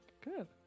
Good